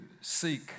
seek